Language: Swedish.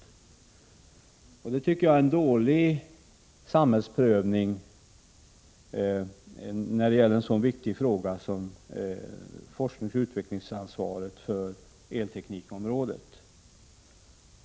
Det tycker jag skulle vara en dålig samhällsprövning när det gäller en sådan viktig fråga som ansvaret för forskning och utveckling på det elkraftstekniska området.